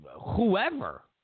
whoever